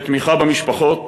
בתמיכה במשפחות